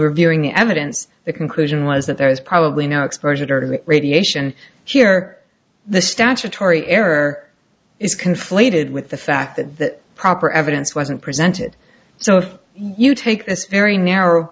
reviewing the evidence the conclusion was that there is probably no exposure to radiation here the statutory error is conflated with the fact that proper evidence wasn't presented so if you take this very narrow